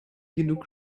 genug